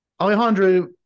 Alejandro